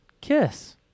kiss